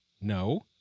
No